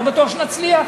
לא בטוח שנצליח.